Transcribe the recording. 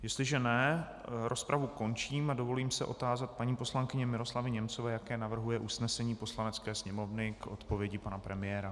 Jestliže ne, rozpravu končím a dovolím se otázat paní poslankyně Miroslavy Němcové, jaké navrhuje usnesení Poslanecké sněmovny k odpovědi pana premiéra.